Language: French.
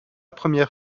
première